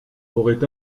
aurait